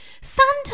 Santa